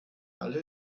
alle